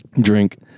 drink